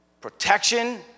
Protection